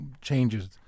changes